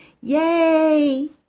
Yay